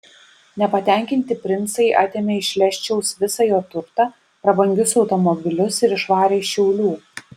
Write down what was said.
nepatenkinti princai atėmė iš leščiaus visą jo turtą prabangius automobilius ir išvarė iš šiaulių